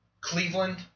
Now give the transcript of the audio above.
Cleveland